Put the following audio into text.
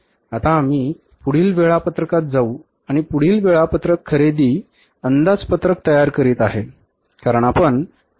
आता आम्ही पुढील वेळापत्रकात जाऊ आणि पुढील वेळापत्रक खरेदी अंदाजपत्रक तयार करीत आहे